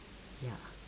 ya